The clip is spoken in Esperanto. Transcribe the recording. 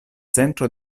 centro